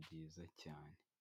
byiza cyane.